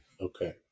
Okay